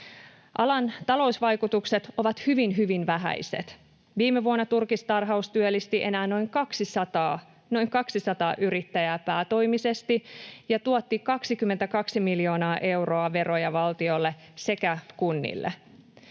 Alan talousvaikutukset ovat hyvin, hyvin vähäiset. Viime vuonna turkistarhaus työllisti enää noin 200 yrittäjää päätoimisesti ja tuotti 22 miljoonaa euroa veroja valtiolle sekä kunnille.